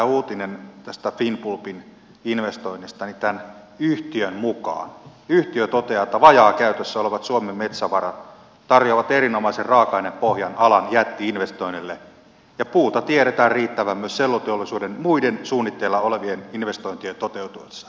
uutisoinnissa tästä finnpulpin investoinnista yhtiö toteaa että vajaakäytössä olevat suomen metsävarat tarjoavat erinomaisen raaka ainepohjan alan jätti investoinnille ja puuta tiedetään riittävän myös selluteollisuuden muiden suunnitteilla olevien investoin tien toteutuessa